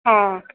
हा